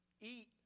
Eat